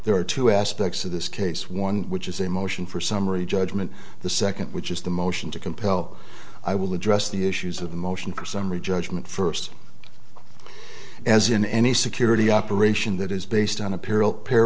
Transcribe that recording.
there are two aspects of this case one which is a motion for summary judgment the second which is the motion to compel i will address the issues of the motion for summary judgment first as in any security operation that is based on a p